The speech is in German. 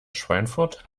schweinfurt